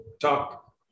talk